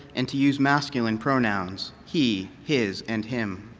and to use masculine pronouns he, his, and him.